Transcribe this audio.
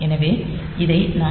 எனவே இதை நாம் 2Ch